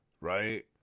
right